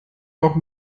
noch